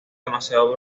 demasiado